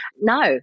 no